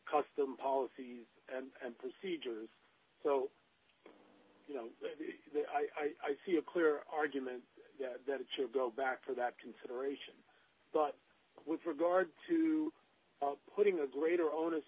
them policies and procedures so you know i see a clear argument that it should go back for that consideration but with regard to putting a greater onus